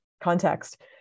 context